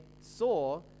saw